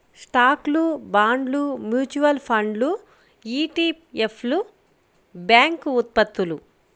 స్టాక్లు, బాండ్లు, మ్యూచువల్ ఫండ్లు ఇ.టి.ఎఫ్లు, బ్యాంక్ ఉత్పత్తులు